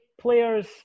players